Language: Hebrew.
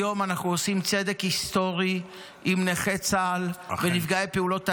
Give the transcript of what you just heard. היום אנחנו עושים צדק היסטורי עם נכי צה"ל ונפגעי פעולות האיבה,